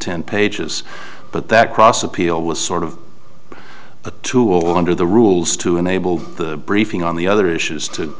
ten pages but that cross appeal was sort of a tool under the rules to enable the briefing on the other issues to